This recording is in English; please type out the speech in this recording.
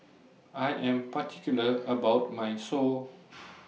I Am particular about My Pho